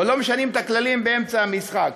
או "לא משנים את הכללים באמצע המשחק".